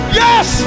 yes